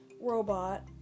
robot